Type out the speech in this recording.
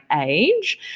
age